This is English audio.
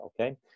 okay